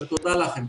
תודה לכם.